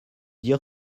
dire